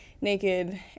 naked